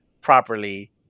properly